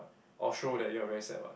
or show that you are very sad [what]